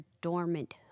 dormant